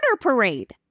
parade